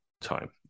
time